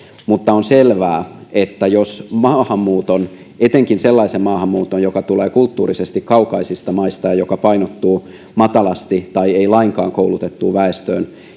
mutta on selvää että jos maahanmuuton määrä etenkin sellaisen maahanmuuton joka tulee kulttuurisesti kaukaisista maista ja joka painottuu matalasti tai ei lainkaan koulutettuun väestöön